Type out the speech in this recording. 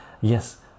yes